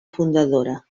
fundadora